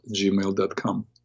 gmail.com